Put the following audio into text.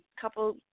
couple